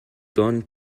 donne